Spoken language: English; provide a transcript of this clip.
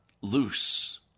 loose